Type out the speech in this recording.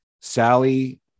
Sally